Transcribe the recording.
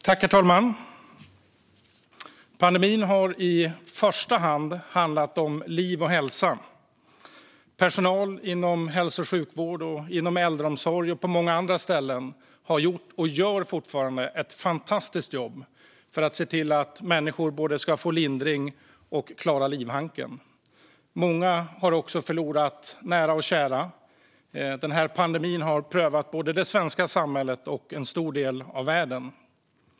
Herr talman! Pandemin har i första hand handlat om liv och hälsa. Personal inom hälso och sjukvård, inom äldreomsorg och på många andra ställen har gjort och gör fortfarande ett fantastiskt jobb för att se till att människor både ska få lindring och klara livhanken. Många har också förlorat nära och kära. Den här pandemin har prövat både det svenska samhället och en stor del av världen.